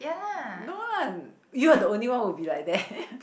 no lah you are the only one who will be like that